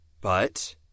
But